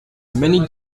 many